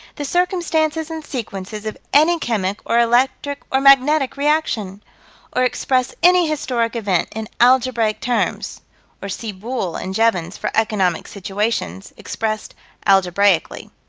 the circumstances and sequences of any chemic or electric or magnetic reaction or express any historic event in algebraic terms or see boole and jevons for economic situations expressed algebraically.